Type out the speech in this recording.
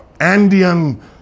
Andean